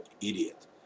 idiot